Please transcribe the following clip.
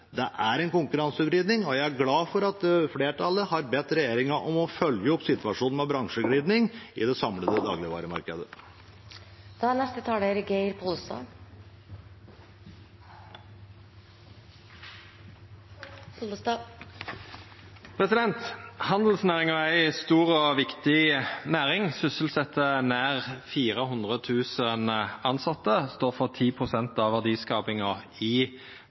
Det er en konkurransevridning, og jeg er glad for at flertallet har bedt regjeringen om å følge opp situasjonen med bransjeglidning i det samlede dagligvaremarkedet. Handelsnæringa er ei stor og viktig næring, som sysselset nær 400 000 og står for 10 pst. av verdiskapinga i